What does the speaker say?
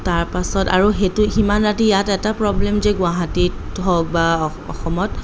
তাৰপাছত আৰু সেইটো সিমান ৰাতি ইয়াত এটা প্ৰব্লেম যে গুৱাহাটীত হওক বা অসমত